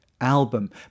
Album